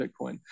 Bitcoin